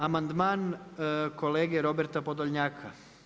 Amandman kolege Roberta Podolnjaka.